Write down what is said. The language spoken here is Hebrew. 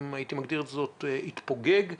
התפוגג.